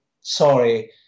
sorry